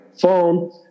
phone